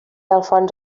alfons